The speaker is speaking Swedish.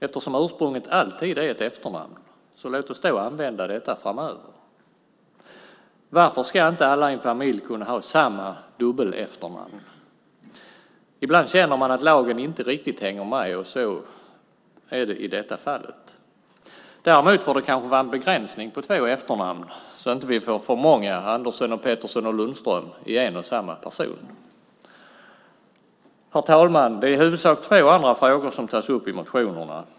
Eftersom ursprunget alltid är ett efternamn, låt oss då använda detta framöver. Varför ska inte alla i en familj kunna ha samma "dubbelefternamn"? Ibland känner man att lagen inte riktigt hänger med, och så är det i det här fallet. Däremot får det kanske vara en begränsning på två efternamn så att vi inte får för många Andersson och Pettersson och Lundström hos en och samma person. Herr talman! Det är i huvudsak två andra frågor som tas upp i motionerna.